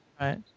Right